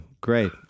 great